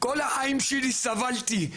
כל החיים שלי סבלתי,